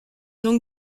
donc